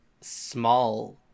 small